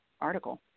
article